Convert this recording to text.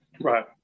Right